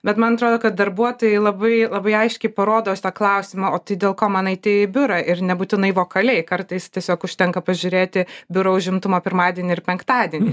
bet man atrodo kad darbuotojai labai labai aiškiai parodo tą klausimą o tai dėl ko man eiti į biurą ir nebūtinai lokaliai kartais tiesiog užtenka pažiūrėti biuro užimtumą pirmadienį ir penktadienį